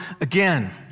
again